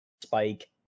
spike